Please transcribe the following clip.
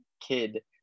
kid